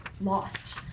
lost